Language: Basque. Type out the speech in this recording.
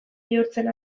bihurtzen